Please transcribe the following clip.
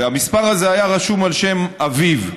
והמספר הזה היה רשום על שם אביו.